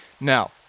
now